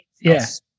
Yes